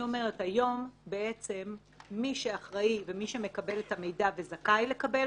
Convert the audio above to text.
היום מי שאחראי ומי שמקבל את המידע וזכאי לקבל